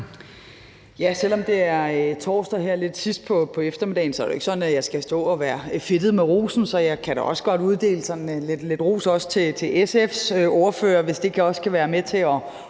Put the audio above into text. Selv om det er torsdag og lidt sent på eftermiddagen, er det jo ikke sådan, at jeg skal stå og være fedtet med rosen. Så jeg kan da også godt sådan uddele lidt ros til SF's ordfører, hvis det kan være med til at